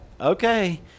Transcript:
okay